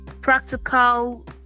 practical